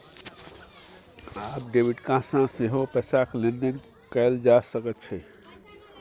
आब debit card सँ सेहो पैसाक लेन देन कैल जा सकैत छै